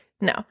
No